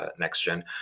NextGen